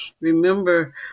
remember